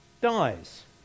Dies